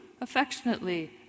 affectionately